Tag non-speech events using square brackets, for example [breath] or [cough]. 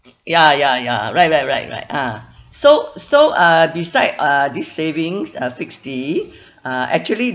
ya ya ya right right right right ah so so uh beside uh this savings uh fixed D [breath] uh actually